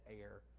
air